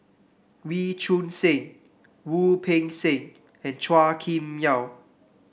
Wee Choon Seng Wu Peng Seng and Chua Kim Yeow